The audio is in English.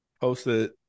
posted